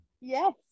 yes